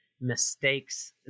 mistakes